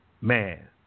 Man